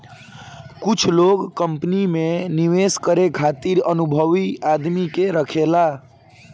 कुछ लोग कंपनी में निवेश करे खातिर अनुभवी आदमी के राखेले